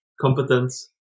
competence